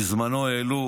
בזמנו העלו